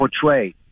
portray